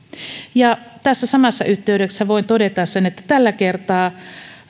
ja tässä samassa yhteydessä voin todeta sen että tällä kertaa